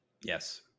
Yes